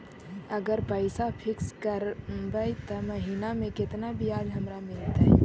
अगर पैसा फिक्स करबै त महिना मे केतना ब्याज हमरा मिलतै?